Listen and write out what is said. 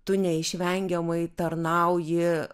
tu neišvengiamai tarnauji